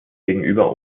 gegenüber